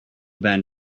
been